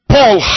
Paul